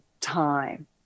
time